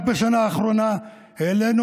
רק בשנה האחרונה העלינו,